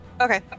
Okay